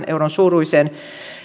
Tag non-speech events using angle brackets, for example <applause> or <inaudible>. <unintelligible> euron suuruiseen